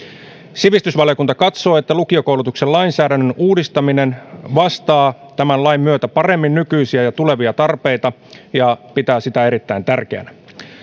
sivistysvaliokunta katsoo että lukiokoulutuksen lainsäädännön uudistaminen vastaa tämän lain myötä paremmin nykyisiä ja tulevia tarpeita ja pitää sitä erittäin tärkeänä